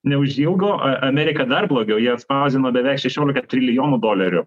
neužilgo amerika dar blogiau jie atspausdino beveik šešioliką trilijonų dolerių